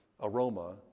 aroma